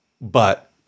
But-